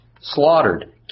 slaughtered